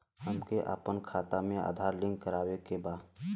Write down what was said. हमके अपना खाता में आधार लिंक करें के बा?